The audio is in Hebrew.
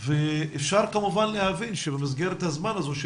ואפשר כמובן להבין שבמסגרת הזמן הזו של